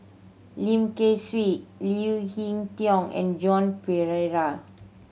Lim Kay Siu Leo Hee Tong and Joan Pereira